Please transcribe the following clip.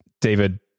David